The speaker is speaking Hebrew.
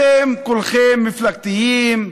אתם כולכם מפלגתיים,